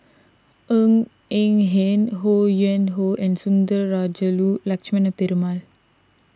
Ng Eng Hen Ho Yuen Hoe and Sundarajulu Lakshmana Perumal